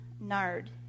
nard